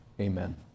Amen